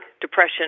depression